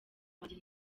banjye